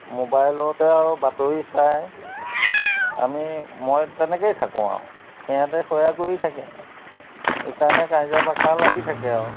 মোবাইলতে আৰু বাতৰি চাই আমি মই তেনেকেই থাকোঁ আৰু সিহঁতে সেয়া কৰি থাকে এইকাৰণে কাইজিয়া বাখৰ লাগি থাকে আৰু